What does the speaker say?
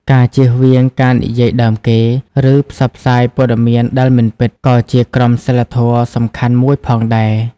ការជៀសវាងការនិយាយដើមគេ ឬផ្សព្វផ្សាយព័ត៌មានដែលមិនពិត ក៏ជាក្រមសីលធម៌សំខាន់មួយផងដែរ។